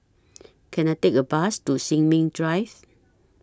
Can I Take A Bus to Sin Ming Drive